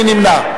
מי נמנע?